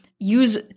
use